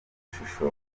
shusho